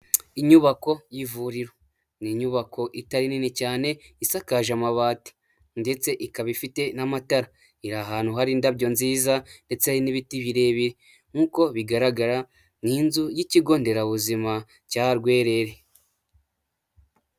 Inyubako y'ivuriro ni inyubako itari nini cyane isakaje amabati ndetse ikaba ifite n'amatara. Iri ahantu hari indabyo nziza ndetse hari n'ibiti birebire nk'uko bigaragara ni inzu y'ikigo nderabuzima cya Rwerere.